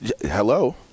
Hello